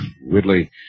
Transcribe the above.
Whitley